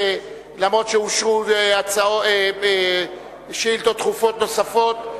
אף-על-פי שאושרו שאילתות דחופות נוספות,